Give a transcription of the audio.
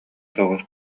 соҕус